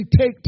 take